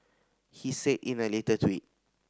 he said in a later tweet